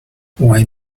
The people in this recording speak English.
why